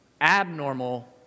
abnormal